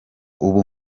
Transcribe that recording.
ubu